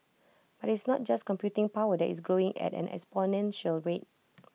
but IT is not just computing power that is growing at an exponential rate